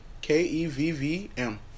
K-E-V-V-M